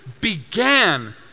began